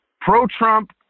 pro-Trump